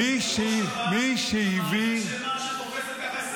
מה זה משנה מי הביא את זה?